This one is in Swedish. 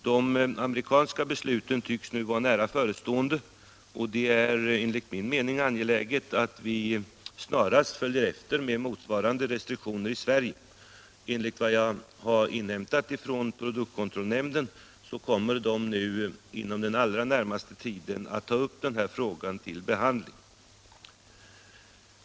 De amerikanska besluten tycks nu vara nära förestående, och det är enligt min mening angeläget att vi snarast följer efter med motsvarande restriktioner i Sverige. Enligt vad jag har inhämtat från produktkontrollnämnden kommer den att inom den allra närmaste tiden ta upp den här frågan till behandling.